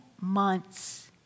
months